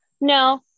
no